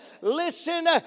Listen